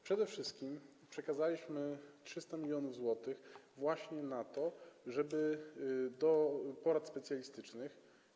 Przede wszystkim przekazaliśmy 300 mln zł właśnie na to, żeby do porad specjalistycznych.